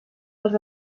els